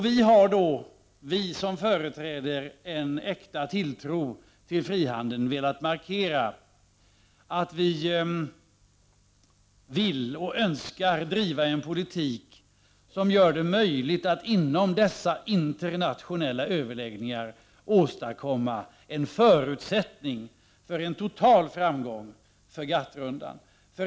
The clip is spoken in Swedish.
Vi som företräder en äkta tilltro till frihandeln har velat markera att vi vill ha och önskar driva en politik som gör det möjligt att inom dessa internationella överläggningar åstadkomma en förutsättning för en total framgång för GATT-rundan.